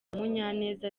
munyaneza